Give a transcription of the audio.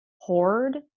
hoard